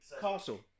Castle